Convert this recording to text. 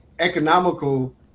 Economical